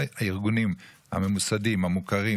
עלה לנו בכל כך הרבה דמים,